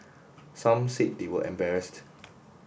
some said they were embarrassed